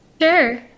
Sure